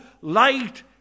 light